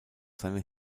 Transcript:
seine